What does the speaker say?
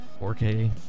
4K